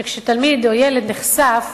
כשתלמיד או ילד נחשף,